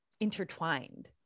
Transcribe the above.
intertwined